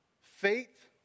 faith